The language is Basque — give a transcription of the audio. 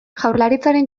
jaurlaritzaren